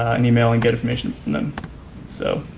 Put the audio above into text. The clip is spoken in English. an email and get information and and so